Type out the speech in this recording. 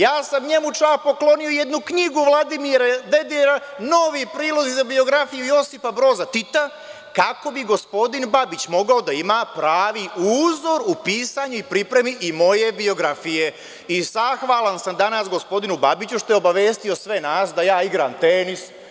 Ja sam njemu čak poklonio jednu knjigu Vladimire Dedijera novi prilozi za biografiju Josipa Broza Tita kako bi gospodin Babić mogao da imao pravi uzor u pisanju i pripremi moje biografije i zahvalan sam danas gospodinu Babiću što je obavestio sve nas da ja igram tenis.